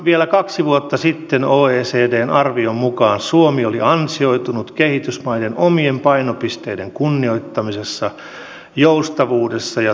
vielä kaksi vuotta sitten oecdn arvion mukaan suomi oli ansioitunut kehitysmaiden omien painopisteiden kunnioittamisessa joustavuudessa ja tuloshakuisuudessa